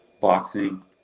boxing